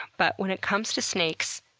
but when it comes to snakes,